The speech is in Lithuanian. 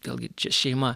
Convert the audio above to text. vėlgi čia šeima